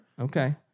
Okay